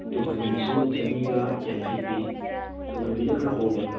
ꯇꯨꯡꯍꯟꯕꯤꯁꯨ ꯆꯅꯤꯒ ꯌꯥꯡꯈꯩ ꯄꯤ ꯇꯨꯡꯍꯟꯕꯤꯅ ꯈꯔ ꯍꯣꯡꯉꯦ